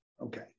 Okay